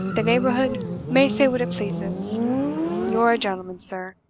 the neighborhood may say what it pleases you're a gentleman, sir,